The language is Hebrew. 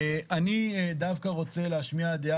אני דווקא רוצה להשמיע דעה,